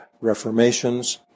reformations